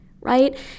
right